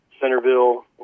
Centerville